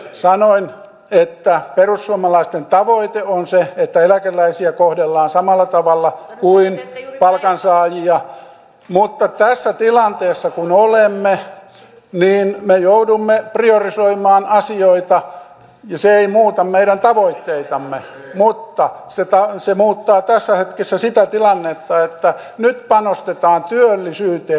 sanoin että perussuomalaisten tavoite on se että eläkeläisiä kohdellaan samalla tavalla kuin palkansaajia mutta tässä tilanteessa kun olemme niin me joudumme priorisoimaan asioita ja se ei muuta meidän tavoitteitamme mutta muuttaa tässä hetkessä sitä tilannetta että nyt panostetaan työllisyyteen